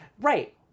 Right